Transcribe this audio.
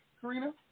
Karina